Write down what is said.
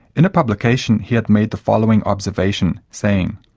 in a publication he had made the following observation, saying,